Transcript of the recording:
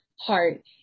heart